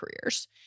careers